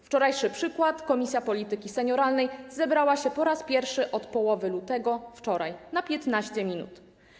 Wczorajszy przykład - Komisja Polityki Senioralnej zebrała się po raz pierwszy od połowy lutego wczoraj, na 15 minut.